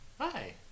Hi